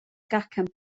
gacen